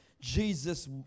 Jesus